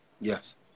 Yes